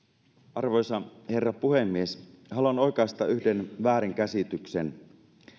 arvoisa herra puhemies haluan oikaista yhden väärinkäsityksen